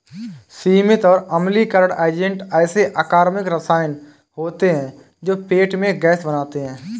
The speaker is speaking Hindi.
सीमित और अम्लीकरण एजेंट ऐसे अकार्बनिक रसायन होते हैं जो पेट में गैस बनाते हैं